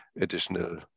additional